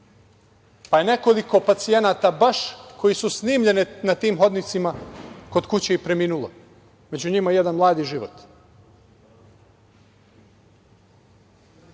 pa je nekoliko pacijenata baš koji su snimljeni na tim hodnicima kod kuće i preminulo. Među njima i jedan mladi život. Zato